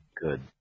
good